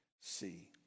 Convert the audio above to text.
see